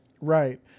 Right